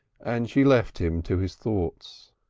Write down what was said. and she left him to his thoughts.